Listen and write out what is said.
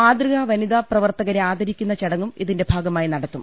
മാതൃകാ വനിതാ പ്രവർത്ത കരെ ആദരിക്കുന്ന ചടങ്ങും ഇതിന്റെ ഭാഗമായി നടത്തും